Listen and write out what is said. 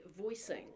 voicing